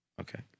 Okay